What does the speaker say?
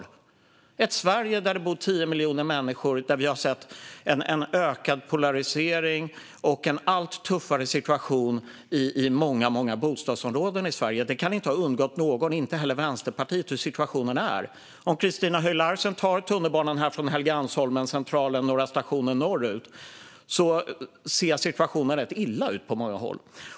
Vi har ett Sverige där det bor 10 miljoner människor och där vi har sett en ökad polarisering och en allt tuffare situation i många bostadsområden. Det kan inte ha undgått någon - inte heller Vänsterpartiet - hur situationen är. Om Christina Höj Larsen går härifrån Helgeandsholmen till T-Centralen och tar tunnelbanan några stationer norrut märker hon att situationen ser rätt illa ut på många håll.